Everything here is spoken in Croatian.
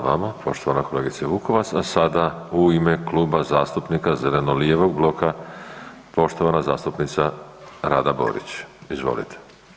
Hvala vama poštovana kolegice Vukovac, a sada u ime Kluba zastupnika zeleno-lijevog bloka poštovana zastupnica Rada Borić, izvolite.